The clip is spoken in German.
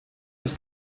des